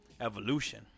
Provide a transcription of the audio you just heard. Evolution